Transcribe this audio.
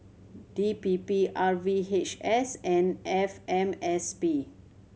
D P P R V H S and F M S P